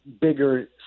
bigger